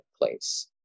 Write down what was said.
place